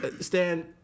Stan